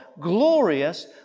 glorious